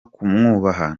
kumwubaha